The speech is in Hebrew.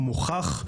הוא מוכח,